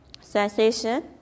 sensation